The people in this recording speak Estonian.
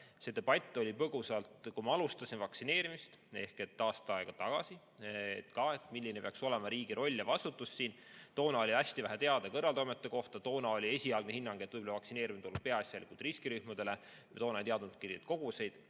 See debatt oli põgusalt, kui me alustasime vaktsineerimist ehk aasta aega tagasi, et milline peaks siin olema riigi roll ja vastutus. Toona oli hästi vähe teada kõrvaltoimete kohta. Toona oli esialgne hinnang, et võib-olla vaktsineerimine tuleb peaasjalikult riskirühmadele. Me toona ei teadnudki neid koguseid.